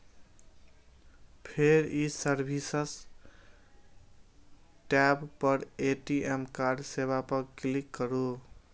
फेर e service tab पर ATM card सेवा पर क्लिक करू